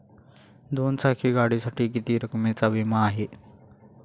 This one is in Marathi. दोन चाकी गाडीसाठी किती रकमेचा विमा आहे?